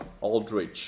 Aldrich